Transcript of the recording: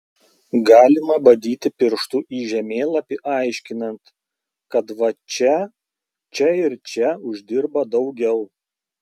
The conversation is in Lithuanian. galima badyti pirštu į žemėlapį aiškinant kad va čia čia ir čia uždirba daugiau